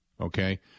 Okay